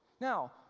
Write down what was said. Now